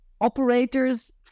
operators